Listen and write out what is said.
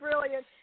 brilliant